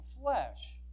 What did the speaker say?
flesh